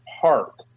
Park